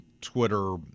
Twitter